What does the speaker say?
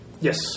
Yes